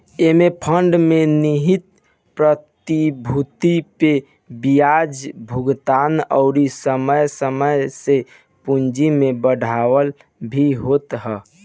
एमे फंड में निहित प्रतिभूति पे बियाज भुगतान अउरी समय समय से पूंजी में बढ़ावा भी होत ह